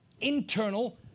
internal